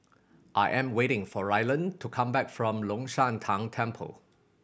I am waiting for Ryland to come back from Long Shan Tang Temple